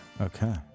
Okay